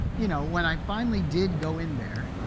you know, when i finally did go in there,